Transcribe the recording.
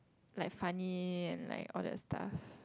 like funny and like all that stuff